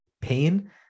pain